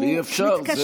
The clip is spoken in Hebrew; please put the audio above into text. אבל אי-אפשר.